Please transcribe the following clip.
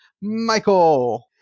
michael